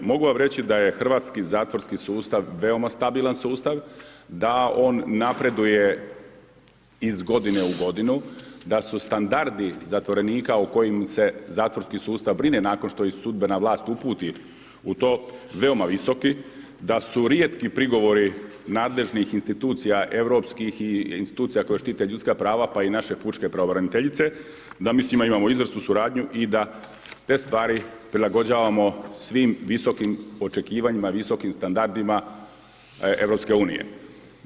Mogu vam reći da je hrvatski zatvorski sustav veoma stabilan sustav, da on napreduje iz godine u godinu, da su standardi zatvorenika o kojim se zatvorski sustav brine nakon što ih sudbena vlast uputi u to, veoma visoki, da su rijetki progovori nadležnih institucija, europskih institucija koje štite ljudska prava pa i naše pučke pravobraniteljice, da mi s njima imamo izvrsnu suradnju i da te stvari prilagođavamo svim visokim očekivanjima, visokim standardima EU-a.